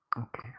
Okay